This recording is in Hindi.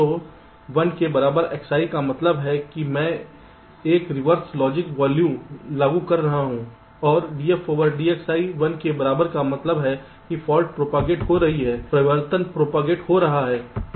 तो 1 के बराबर Xi का मतलब है कि मैं एक रिवर्स लॉजिक वॉल्यूम लागू कर रहा हूं और df dXi 1 के बराबर का मतलब है कि फाल्ट प्रोपागेट हो रही है परिवर्तन प्रोपागेट हो रहे हैं